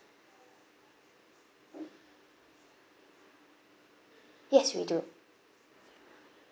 yes we do